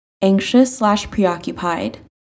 anxious-slash-preoccupied